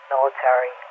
military